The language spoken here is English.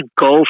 go